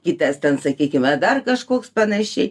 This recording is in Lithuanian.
kitas ten sakykim dar kažkoks panaši